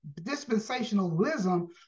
dispensationalism